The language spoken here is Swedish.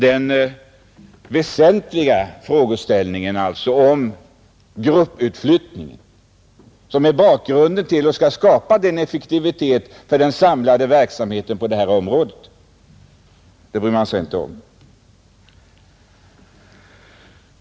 Den väsentliga frågeställningen, bakgrunden till denna grupputflyttning — att skapa den bästa effektiviteten på detta område — bryr man sig inte om.